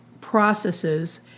processes